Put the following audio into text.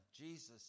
Jesus